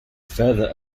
further